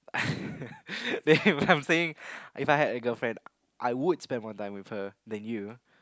then if I'm saying If I had a girlfriend I would spend more time with her than you